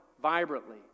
Vibrantly